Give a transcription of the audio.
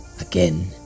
Again